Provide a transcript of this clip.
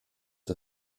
der